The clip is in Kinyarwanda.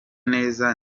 neza